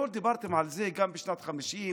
לא דיברתם על זה גם בשנת 1950,